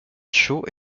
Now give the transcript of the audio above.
show